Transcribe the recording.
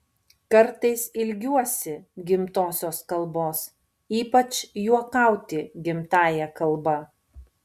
kartais ilgiuosi gimtosios kalbos ypač juokauti gimtąja kalba